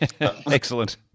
Excellent